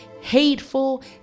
hateful